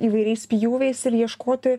įvairiais pjūviais ir ieškoti